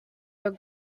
your